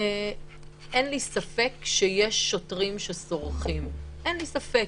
אין לי ספק שיש שוטרים שסורחים, אין לי ספק,